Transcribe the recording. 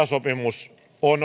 sopimus